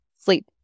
sleep